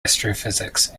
astrophysics